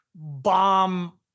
bomb